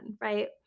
right